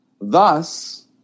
Thus